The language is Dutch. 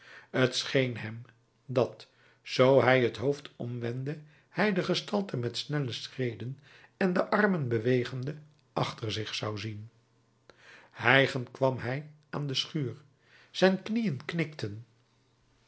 scheen hem dat zoo hij t hoofd omwendde hij de gestalte met snelle schreden en de armen bewegende achter zich zou zien hijgend kwam hij aan de schuur zijn knieën knikten